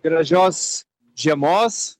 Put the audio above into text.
gražios žiemos